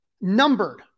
numbered